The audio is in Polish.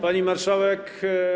Pani Marszałek!